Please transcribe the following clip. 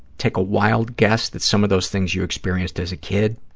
take a wild guess that some of those things you experienced as a kid